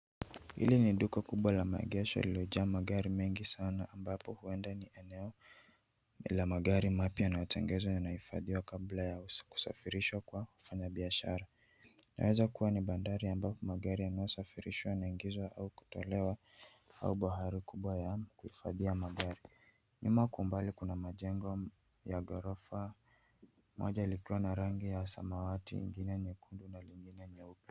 Hili ni duka kubwa la maegesho lililojaa magari mengi sana ambapo huenda ni eneo la magari mapya na utengezo inahifadhiwa kabla ya kusafirishwa kwa wafanya biashara. Inaweza kuwa ni bandari ambapo magari yanayosafirishwa inaingizwa au kutolewa au bahari kubwa ya kuhifadhia magari. Nyuma kwa umbali kuna majengo ya ghorofa, moja likiwa na rangi ya samawati, nyingine nyekundu na lingine nyeupe.